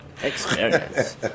Experience